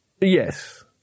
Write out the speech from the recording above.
Yes